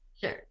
Sure